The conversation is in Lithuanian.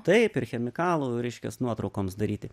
taip ir chemikalų reiškias nuotraukoms daryti